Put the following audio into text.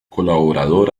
colaborador